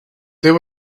there